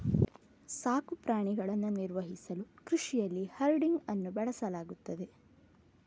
ಸಾಕು ಪ್ರಾಣಿಗಳನ್ನು ನಿರ್ವಹಿಸಲು ಕೃಷಿಯಲ್ಲಿ ಹರ್ಡಿಂಗ್ ಅನ್ನು ಬಳಸಲಾಗುತ್ತದೆ